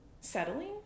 settling